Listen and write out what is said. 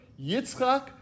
Yitzchak